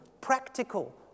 practical